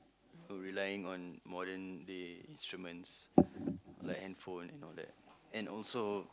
so relying on modern day instruments like handphone and all that and also